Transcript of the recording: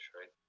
right